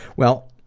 well,